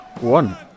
one